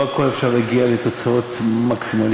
לא בכול אפשר להגיע לתוצאות מקסימליסטיות.